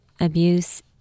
abuse